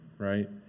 right